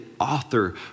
author